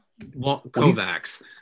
kovacs